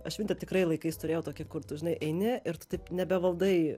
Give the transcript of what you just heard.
aš tikrai laikais turėjau tokią kur tu žinai eini ir tu taip nebevaldai